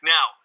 Now